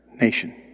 nation